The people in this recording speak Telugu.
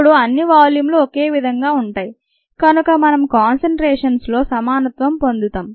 ఇప్పుడు అన్ని వాల్యూమ్ లు ఒకేవిధంగా ఉంటాయి కనుక మనం కానస్ట్రేషన్స్లో సమానత్వం పొందుతాం